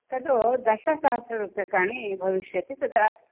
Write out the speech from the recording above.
तद् दशसहस्ररूप्यकाणि भविष्यति तदा